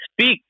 speak